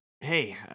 Hey